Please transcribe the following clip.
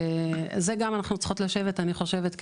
זה גם אנחנו צריכות לשבת אני חושבת,